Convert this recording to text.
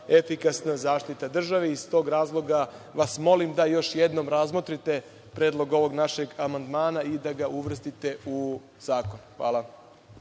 efikasna zaštita države. Iz tog razloga vas molim da još jednom razmotrite predlog ovog našeg amandmana i da ga uvrstite u zakon. Hvala.